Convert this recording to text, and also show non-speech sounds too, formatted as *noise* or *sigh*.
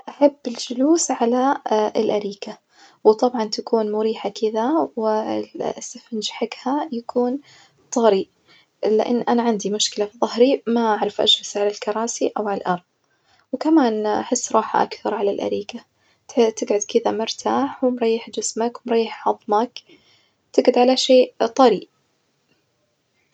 أحب الجلوس على الأريكة وطبعًا تكون مريحة كدة و *hesitation* ال السفنج حجها يكون طري لأن أنا عندي مشكل في ظهري ما أعرف أجلس على الكراسي أو على الأرظ، وكمان أحس راحة أكثر على الأريكة ت تجعد كدة مرتاح ومريح جسمك ومريح عظمك، تجعد على شيء طري.